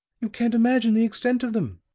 you can't imagine the extent of them.